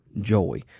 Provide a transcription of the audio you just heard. joy